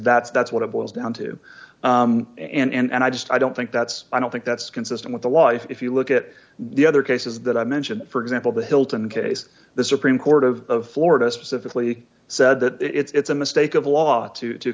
that that's what it boils down to and i just i don't think that's i don't think that's consistent with the wife if you look at the other cases that i mentioned for example the hilton case the supreme court of florida specifically said that it's a mistake of law to